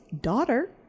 daughter